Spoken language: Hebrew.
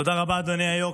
תודה רבה, אדוני היו"ר.